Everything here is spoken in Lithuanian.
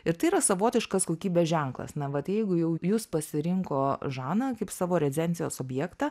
ir tai yra savotiškas kokybės ženklas na vat jeigu jau jus pasirinko žaną kaip savo rezidencijos objektą